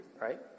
right